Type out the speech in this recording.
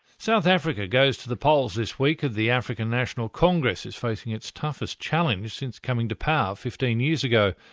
south africa goes to the polls this week and the african national congress is facing its toughest challenge since coming to power fifteen years ago.